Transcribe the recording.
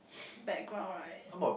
background right